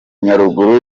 nyaruguru